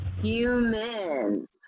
humans